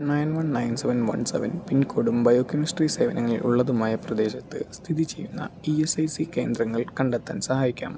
nine one nine seven one seven pin കോഡും biochemistry സേവനങ്ങൾ ഉള്ളതുമായ പ്രദേശത്ത് സ്ഥിതി ചെയ്യുന്ന ഇ എസ് ഐ സി കേന്ദ്രങ്ങൾ കണ്ടെത്താൻ സഹായിക്കാമോ